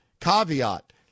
caveat